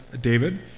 David